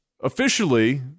Officially